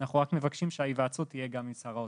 אנחנו רק מבקשים שההיוועצות תהיה גם עם שר האוצר.